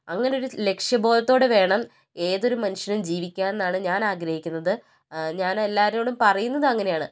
അങ്ങനെ ഒരു ലക്ഷ്യ ബോധത്തോടെ വേണം ഏതൊരു മനുഷ്യനും ജീവിക്കാൻ എന്നാണ് ഞാൻ ആഗ്രഹിക്കുന്നത് ഞാൻ എല്ലാവരോടും പറയുന്നതും അങ്ങനെ ആണ്